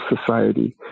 society